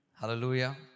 hallelujah